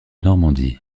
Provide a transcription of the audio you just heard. normandie